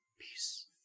Peace